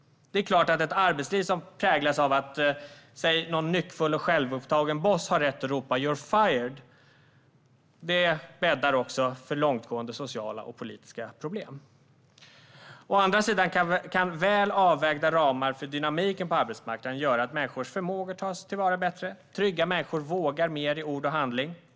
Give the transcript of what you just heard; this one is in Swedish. Det är klart att man bäddar för långtgående sociala och politiska problem om arbetslivet präglas av att en nyckfull och självupptagen boss har rätt att ropa: You're fired! Å andra sidan kan väl avvägda ramar för dynamiken på arbetsmarknaden göra att människors förmågor tas till vara bättre. Trygga människor vågar mer i ord och handling.